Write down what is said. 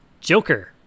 Joker